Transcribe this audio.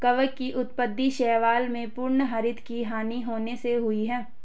कवक की उत्पत्ति शैवाल में पर्णहरित की हानि होने से हुई है